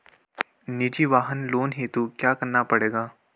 निजी वाहन लोन हेतु क्या करना पड़ेगा?